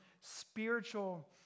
spiritual